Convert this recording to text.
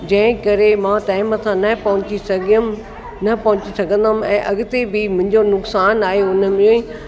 जंंहिं करे मां टाइम सां न पहुची सघियमि न पहुची सघंदमि ऐं अॻिते बि मुंहिंजो नुक़सानु आहे उन में